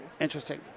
Interesting